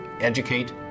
educate